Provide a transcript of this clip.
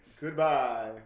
Goodbye